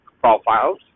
profiles